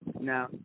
Now